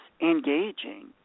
engaging